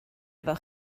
efo